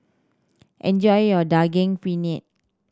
enjoy your Daging Penyet